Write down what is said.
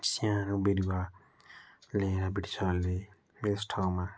स्यानो बिरुवा लिएर ब्रिटिसहरूले यस ठाउँमा